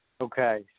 Okay